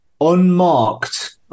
unmarked